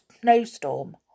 snowstorm